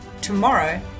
tomorrow